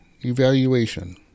evaluation